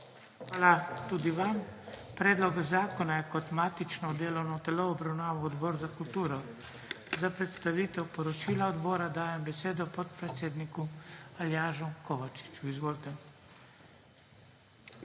Hvala tudi vam. Predlog zakona je kot matično delovno telo obravnaval Odbor za kulturo. Za predstavitev poročila odbora dajem besedo podpredsedniku Aljažu Kovačiču. Izvolite.